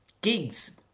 gigs